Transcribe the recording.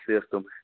system